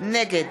נגד